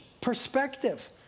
perspective